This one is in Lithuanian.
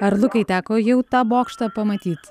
ar lukai teko jau tą bokštą pamatyt